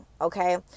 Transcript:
okay